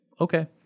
okay